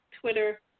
Twitter